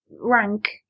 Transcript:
rank